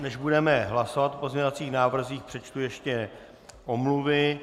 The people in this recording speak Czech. Než budeme hlasovat o pozměňovacích návrzích, přečtu ještě omluvy.